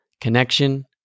connection